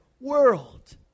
world